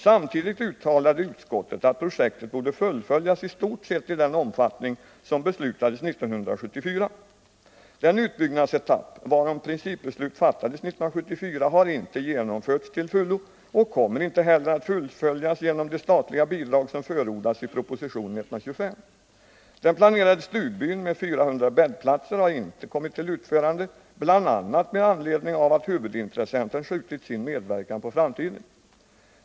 Samtidigt uttalar utskottet att projektet borde fullföljas i stort sett i den omfattning som beslutades 1974. Den utbyggnadsetapp varom principbeslut fattades 1974 har inte genomförts till fullo och kommer inte heller att fullföljas genom de statliga bidrag som förordas i proposition 125. Den planerade stugbyn med 400 bäddplatser har inte kommit till utförande, bl.a. med anledning av att huvudintressenten skjutit sin medverkan på framtiden.